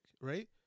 right